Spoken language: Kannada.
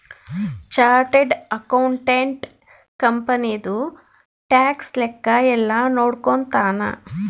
ಚಾರ್ಟರ್ಡ್ ಅಕೌಂಟೆಂಟ್ ಕಂಪನಿದು ಟ್ಯಾಕ್ಸ್ ಲೆಕ್ಕ ಯೆಲ್ಲ ನೋಡ್ಕೊತಾನ